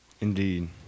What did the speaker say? Indeed